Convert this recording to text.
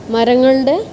മരങ്ങളുടെ